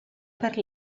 per